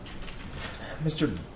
Mr